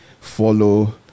follow